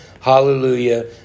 hallelujah